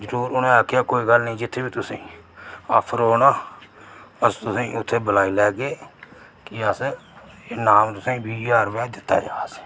जरुर उनें आखेआ कोई गल्ल नेईं जित्थै बी तुसें आफर होग ना अस तुसें गी उत्थै बलाई लैगे कि अस नाम तुसेगी बीह् ज्हार रुपया दित्ता जा्ए